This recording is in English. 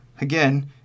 again